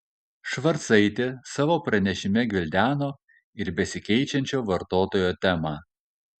švarcaitė savo pranešime gvildeno ir besikeičiančio vartotojo temą